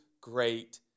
great